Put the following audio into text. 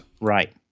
Right